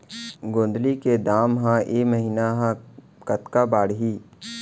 गोंदली के दाम ह ऐ महीना ह कतका बढ़ही?